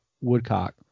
woodcock